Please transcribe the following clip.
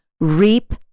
Reap